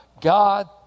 God